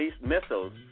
Missiles